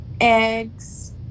eggs